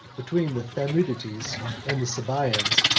between the thamudites and the sabaeans,